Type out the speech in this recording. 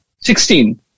Sixteen